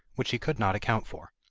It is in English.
which he could not account for.